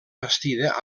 bastida